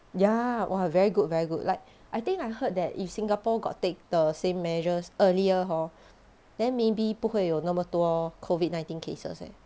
ya !wah! very good very good like I think I heard that if singapore got take the same measures earlier hor then maybe 不会有那么多 COVID nineteen cases eh